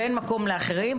ואין מקום לאחרים,